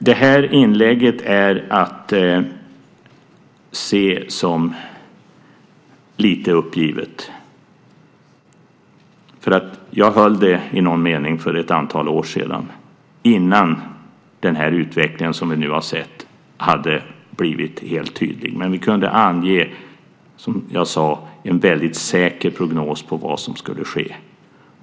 Detta inlägg är att se som lite uppgivet. Jag höll det i någon mening för ett antal år sedan innan den utveckling som vi nu har sett hade blivit helt tydlig. Men vi kunde ange, som jag sade, en väldigt säker prognos om vad som skulle ske.